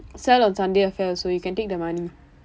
sell on sunday affair also you can take the money